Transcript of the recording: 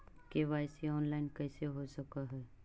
KYC online कैसे हो सक है?